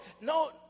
no